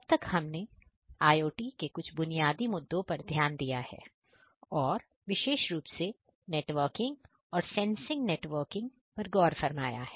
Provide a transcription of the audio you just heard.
अब तक हमने IOT के कुछ बुनियादी मुद्दों पर ध्यान दिया है और विशेष रूप से नेटवर्किंग पर गौर फरमाया है